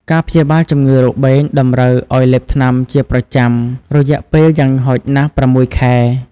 ការព្យាបាលជំងឺរបេងតម្រូវឱ្យលេបថ្នាំជាប្រចាំរយៈពេលយ៉ាងហោចណាស់ ៦ ខែ។